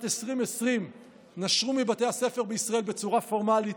2020 נשרו מבתי הספר בישראל בצורה פורמלית